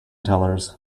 tellers